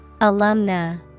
Alumna